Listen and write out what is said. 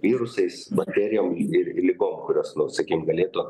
virusais bakterijom ir ligom kurios nors sakykim galėtų